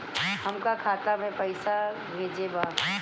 हमका खाता में पइसा भेजे के बा